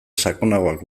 sakonagoak